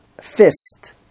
fist